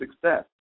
success